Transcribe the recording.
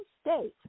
state